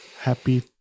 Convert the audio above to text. Happy